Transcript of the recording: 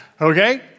Okay